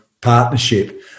partnership